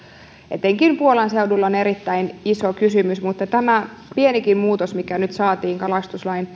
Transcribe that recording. etenkin puolan seudulla on erittäin iso kysymys mutta tämä pienikin muutos mikä nyt saatiin kalastuslain